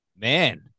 Man